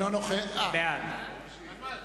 בעד